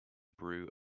brew